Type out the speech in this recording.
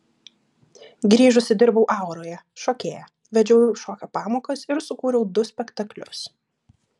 grįžusi dirbau auroje šokėja vedžiau šokio pamokas ir sukūriau du spektaklius